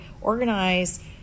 organize